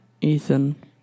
Ethan